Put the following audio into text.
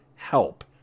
Help